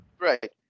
Right